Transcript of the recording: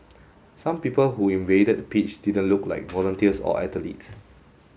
some people who invaded the pitch didn't look like volunteers or athletes